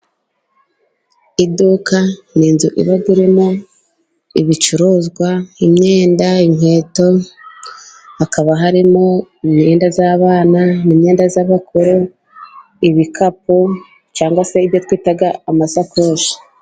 Iduka ni inzu iba irimo ibicuruzwa imyenda, inkweto, hakaba harimo imyenda y'abana n'imyenda y'abakuru, ibikapu cyangwa se ibyo twita amasakoshi.